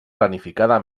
planificada